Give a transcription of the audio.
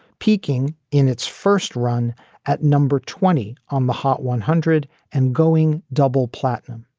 peaking in its first run at number twenty on the hot one hundred and going double platinum.